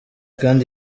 kandi